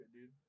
dude